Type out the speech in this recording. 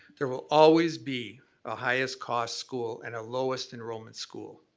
there will always be a highest cost school and a lowest enrollment school.